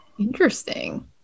Interesting